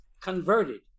converted